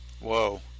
Whoa